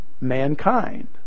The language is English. mankind